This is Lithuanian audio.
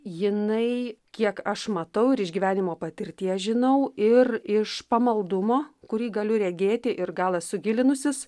jinai kiek aš matau ir išgyvenimo patirties žinau ir iš pamaldumo kurį galiu regėti ir gal esu gilinusis